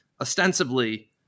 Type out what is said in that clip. ostensibly